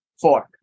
four